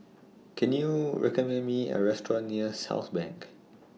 Can YOU recommend Me A Restaurant near Southbank